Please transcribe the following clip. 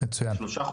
יש פה את אריק,